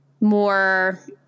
more